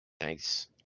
Thanks